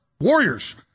warriors